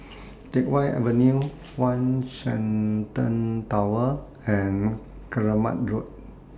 Teck Whye Avenue one Shenton Tower and Keramat Road